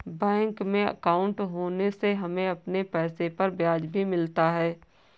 bank में अंकाउट होने से हमें अपने पैसे पर ब्याज भी मिलता है